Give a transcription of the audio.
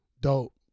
Dope